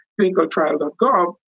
clinicaltrial.gov